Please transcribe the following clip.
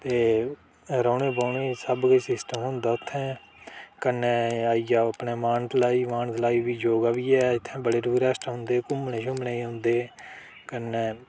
ते रौह्ने बौह्ने सब किश सिस्टम होंदा उत्थै कन्नै आई गेआ अपने मानतलाई मानतलाई बी योग बी ऐ उत्थै बड़े टूरिस्ट औंदे घुम्मने शुम्मने ई औंदे कन्नै